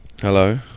hello